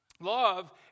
Love